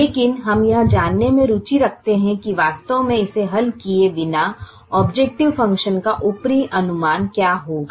लेकिन हम यह जानने में रुचि रखते हैं कि वास्तव में इसे हल किए बिना ऑबजेकटिव फ़ंक्शन का ऊपरी अनुमान क्या होगा